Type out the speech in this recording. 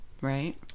right